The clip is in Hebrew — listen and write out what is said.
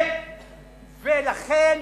ולכן